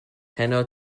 hanaud